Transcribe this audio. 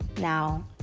now